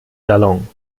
salon